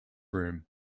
room